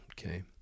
okay